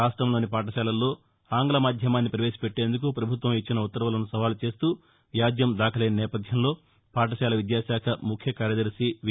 రాష్టంలోని పాఠశాలల్లో ఆంగ్ల మాధ్యమాన్ని ప్రవేశపెట్టేందుకు ప్రభుత్వం ఇచ్చిన ఉత్తర్వులను సవాలు చేస్తూ వ్యాజ్యం దాఖలైన నేపథ్యంలో పాఠశాల విద్యాశాఖ ముఖ్య కార్యదర్శి బీ